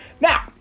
Now